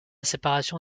séparation